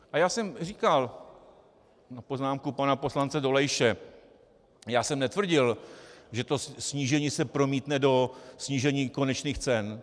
A já jsem říkal, na poznámku pana poslance Dolejše já jsem netvrdil, že se to snížení promítne do snížení konečných cen.